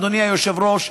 אדוני היושב-ראש,